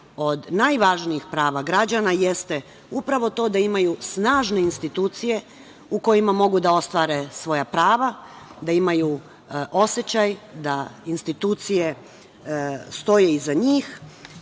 od najvažnijih prava građana jeste upravo to da imaju snažne institucije u kojima mogu da ostvare svoja prava, da imaju osećaj da institucije stoje iza njih,